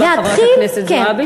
חברת הכנסת זועבי.